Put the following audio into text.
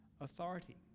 authority